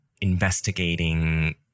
investigating